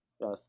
Yes